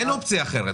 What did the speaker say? אין אופציה אחרת.